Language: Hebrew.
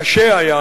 קשה היה,